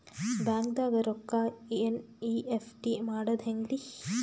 ಬ್ಯಾಂಕ್ದಾಗ ರೊಕ್ಕ ಎನ್.ಇ.ಎಫ್.ಟಿ ಮಾಡದ ಹೆಂಗ್ರಿ?